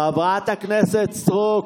חברת הכנסת סטרוק,